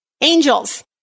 Angels